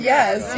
Yes